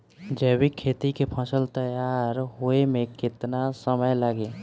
जैविक खेती के फसल तैयार होए मे केतना समय लागी?